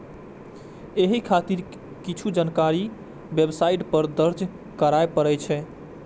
एहि खातिर किछु जानकारी वेबसाइट पर दर्ज करय पड़ै छै